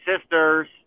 sisters